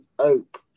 hope